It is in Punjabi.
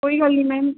ਕੋਈ ਗੱਲ ਨਹੀਂ ਮੈਮ